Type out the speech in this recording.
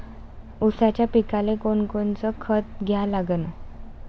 ऊसाच्या पिकाले कोनकोनचं खत द्या लागन?